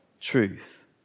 truth